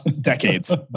Decades